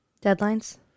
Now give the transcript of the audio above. Deadlines